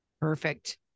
Perfect